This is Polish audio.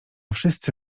wszyscy